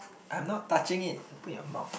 I'm not touching it you put in your mouth